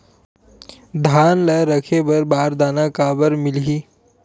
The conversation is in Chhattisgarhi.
धान ल रखे बर बारदाना काबर मिलही?